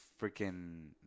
freaking